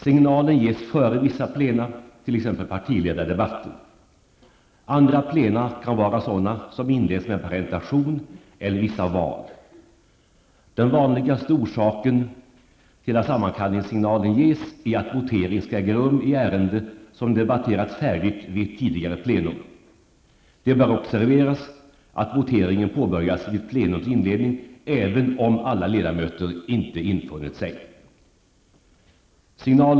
Signalen ges före vissa plena t.ex. partiledardebatter. Andra plena kan vara sådana som inleds med parentation eller vissa val. Den vanligaste orsaken till att sammankallningssignalen ges är att votering skall äga rum i ärende som debatterats färdigt vid ett tidigare plenum. Det bör observeras att voteringen påbörjas vid plenums inledning även om alla ledamöter inte infunnit sig.